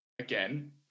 again